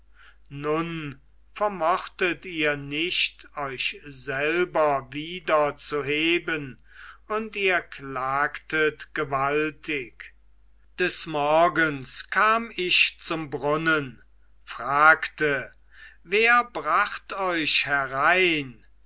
nun vermochtet ihr nicht euch selber wieder zu heben und ihr klagtet gewaltig des morgens kam ich zum brunnen fragte wer bracht euch herein